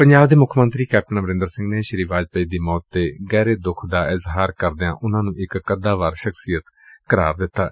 ਪੰਜਾਬ ਦੇ ਮੁੱਖ ਮੰਤਰੀ ਕੈਪਟਨ ਅਮਰਿੰਦਰ ਸਿੰਘ ਨੇ ਸ੍ਰੀ ਵਾਜਪਾਈ ਦੀ ਮੌਤ ਤੇ ਦੁੱਖ ਦਾ ਇਜ਼ਹਾਰ ਕਰਦਿਆਂ ਉਨੂਾਂ ਨੂੰ ਇਕ ਕੱਦਾਵਰ ਸ਼ਖਸੀਅਤ ਕਰਾਰ ਦਿੱਤੈ